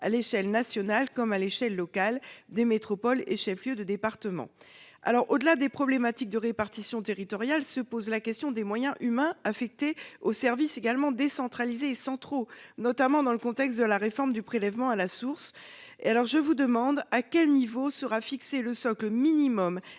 à l'échelle nationale comme à l'échelle locale, des métropoles et chefs-lieux de département. Au-delà des problématiques de répartition territoriale, se pose la question des moyens humains affectés aux services décentralisés et centraux, notamment dans le contexte de la réforme du prélèvement à la source. À quel niveau sera fixé le socle minimal